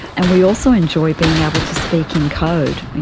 and we also enjoy being able to speak in code.